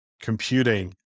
computing